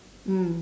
mm